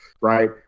right